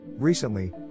Recently